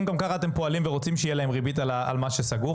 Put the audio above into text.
אם גם ככה אתם פועלים ורוצים שיהיה להם ריבית על מה שסגור,